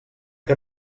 que